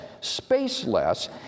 spaceless